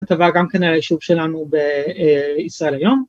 כתבה גם כן על היישוב שלנו בישראל היום.